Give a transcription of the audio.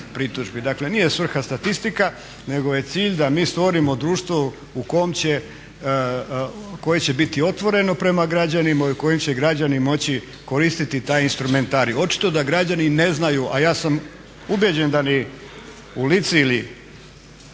Dakle nije svrha statistika nego je cilj da mi stvorimo društvo u kojem će, koje će biti otvoreno prema građanima i kojim će građani moći koristiti taj instrumentarij. Očito da građani ne znaju a ja sam ubeđen da ni u Lici ili